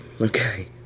Okay